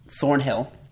Thornhill